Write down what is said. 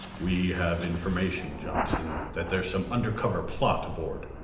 we have information, johnson, that there's some undercover plot aboard.